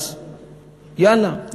אז יאללה,